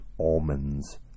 almonds